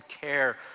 care